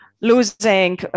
Losing